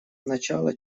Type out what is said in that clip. начало